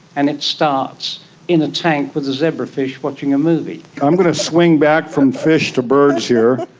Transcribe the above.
and it starts in a tank with the zebrafish watching a movie. i'm going to swing back from fish to birds here.